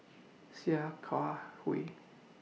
Sia Kah Hui